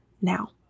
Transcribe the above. now